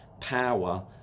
power